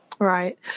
Right